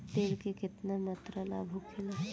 तेल के केतना मात्रा लाभ होखेला?